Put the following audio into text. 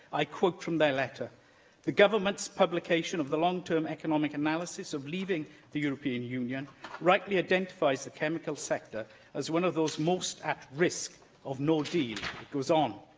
i quote from their letter the government's publication of the long-term economic analysis of leaving the european union rightly identifies the chemical sector as one of those most at risk of no deal it goes on,